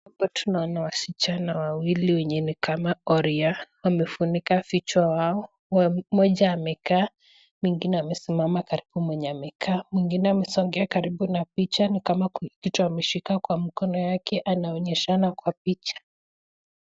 Hapa tunaona wasichana wawili wenye ni kama oria, wamefunika vichwa yao, mmoja amekaa, mwingine amesimama karibu na mwenye amekaa, mwingine amesongea na picha ni kama kitu ameshika kwa mkono yake anaonyeshana kwa picha.